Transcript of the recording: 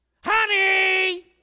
Honey